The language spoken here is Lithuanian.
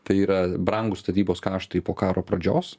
tai yra brangūs statybos kaštai po karo pradžios